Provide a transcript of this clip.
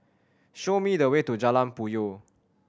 show me the way to Jalan Puyoh